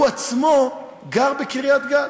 הוא עצמו גר בקריית-גת.